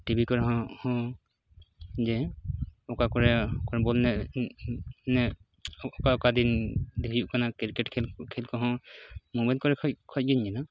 TV ᱠᱚᱨᱮ ᱦᱚᱸ ᱡᱮ ᱚᱠᱟ ᱠᱚᱨᱮ ᱚᱠᱟᱨᱮ ᱵᱚᱞ ᱮᱱᱮᱡ ᱮᱱᱮᱡ ᱚᱠᱟ ᱚᱠᱟ ᱫᱤᱱ ᱨᱮ ᱦᱩᱭᱩᱜ ᱠᱟᱱᱟ ᱠᱨᱤᱠᱮᱴ ᱠᱷᱮᱞ ᱠᱷᱮᱞ ᱠᱚᱦᱚᱸ ᱢᱳᱵᱟᱭᱤᱞ ᱠᱚᱨᱮ ᱠᱷᱚᱱ ᱠᱷᱚᱡᱜᱮᱧ ᱧᱮᱞᱟ